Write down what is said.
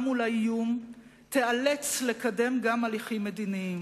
מול האיום תיאלץ לקדם גם הליכים מדיניים.